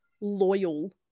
loyal